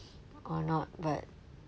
or not but